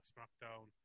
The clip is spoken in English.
Smackdown